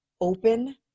open